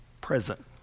Present